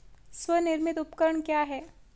स्वनिर्मित उपकरण क्या है?